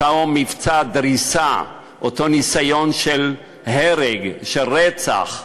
אותו מבצע דריסה, אותו ניסיון של הרג, של רצח,